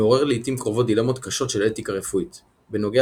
מעורר לעיתים קרובות דילמות קשות של אתיקה רפואית – בנוגע